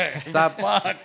stop